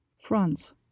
France